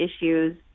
issues